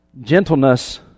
Gentleness